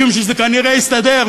משום שזה כנראה יסתדר,